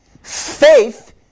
Faith